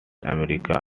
america